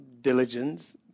diligence